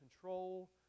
control